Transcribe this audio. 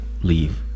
leave